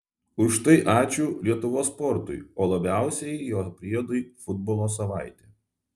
už tai ačiū lietuvos sportui o labiausiai jo priedui futbolo savaitė